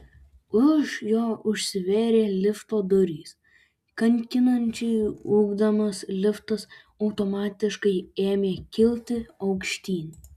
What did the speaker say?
už jo užsivėrė lifto durys kankinančiai ūkdamas liftas automatiškai ėmė kilti aukštyn